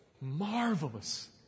Marvelous